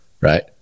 right